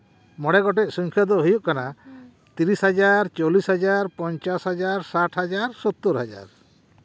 ᱢᱚᱬᱮ ᱜᱚᱴᱮᱡ ᱥᱚᱝᱠᱷᱟ ᱫᱚ ᱦᱩᱭᱩᱜ ᱠᱟᱱᱟ ᱛᱤᱨᱤᱥ ᱦᱟᱡᱟᱨ ᱪᱚᱞᱞᱤᱥ ᱦᱟᱡᱟᱨ ᱯᱚᱧᱪᱟᱥ ᱦᱟᱡᱟᱨ ᱥᱟᱴ ᱦᱟᱡᱟᱨ ᱥᱳᱛᱛᱚᱨ ᱦᱟᱡᱟᱨ